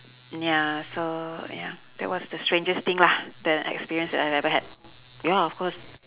ya so ya that was the strangest thing lah the experience that I ever had ya of course